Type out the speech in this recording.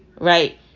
right